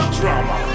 drama